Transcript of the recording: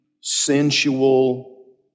sensual